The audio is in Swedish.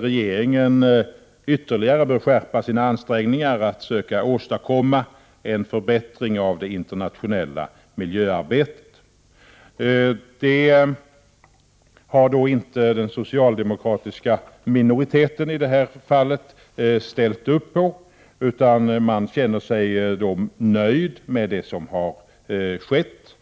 regeringen bör ytterligare skärpa sina ansträngningar att söka åstadkomma en förbättring av det internationella miljöarbetet. Det har den socialdemokratiska minoriteten i detta fall inte ställt upp på, utan man är nöjd med det som skett.